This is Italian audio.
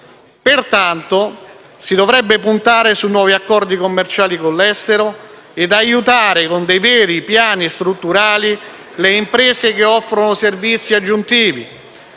Pertanto, si dovrebbe puntare su nuovi accordi commerciali con l'estero e aiutare, con veri piani strutturali, le imprese che offrono servizi aggiuntivi